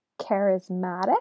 charismatic